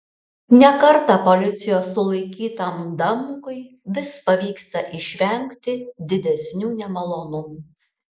ne kartą policijos sulaikytam damkui vis pavyksta išvengti didesnių nemalonumų